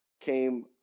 came